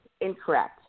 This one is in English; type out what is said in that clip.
incorrect